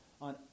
on